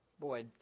Boy